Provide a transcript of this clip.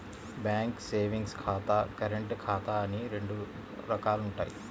bank savings ఖాతా, current ఖాతా అని రెండు రకాలుంటయ్యి